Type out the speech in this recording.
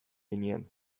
ginen